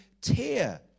tear